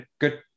good